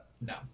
no